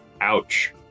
Ouch